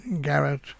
Garrett